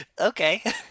okay